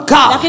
God